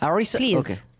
please